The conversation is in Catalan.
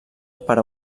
per